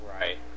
Right